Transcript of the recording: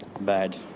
Bad